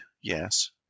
yes